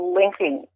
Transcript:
linking